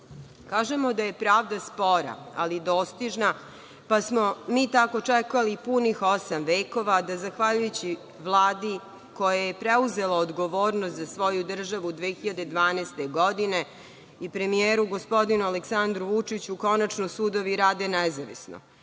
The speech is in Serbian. državi. Kažemo da je pravda spora, ali dostižna, pa smo mi tako čekali punih osam vekova da zahvaljujući Vladi, koja je preuzela odgovornost za svoju državu 2012. godine, i premijeru gospodinu Aleksandru Vučiću konačno sudovi rade nezavisno,